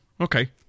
Okay